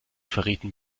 verrieten